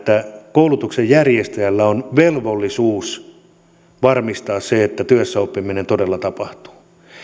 koulutuksen järjestäjällä on velvollisuus varmistaa että työssäoppiminen todella tapahtuu